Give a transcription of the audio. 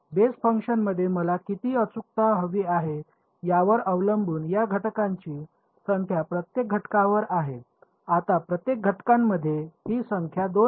base फंक्शनमध्ये मला किती अचूकता हवी आहे यावर अवलंबून या घटकाची संख्या प्रत्येक घटकांवर आहे आता प्रत्येक घटकामध्ये ही संख्या 2 आहे